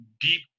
deep